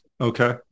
okay